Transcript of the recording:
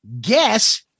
guess